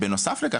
בנוסף לכך,